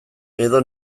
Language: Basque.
edo